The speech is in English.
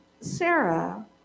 Sarah